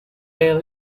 rail